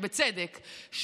בצדק,